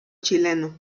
chileno